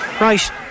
Right